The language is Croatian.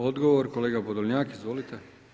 Odgovor kolega Podolnjak, izvolite.